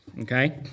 Okay